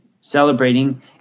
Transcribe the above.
celebrating